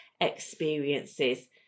experiences